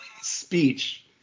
speech